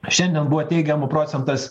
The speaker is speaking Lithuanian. šiandien buvo teigiamų procentas